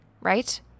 right